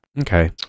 okay